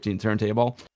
turntable